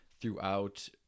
throughout